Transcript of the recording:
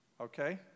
Okay